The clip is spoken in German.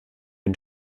den